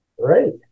Great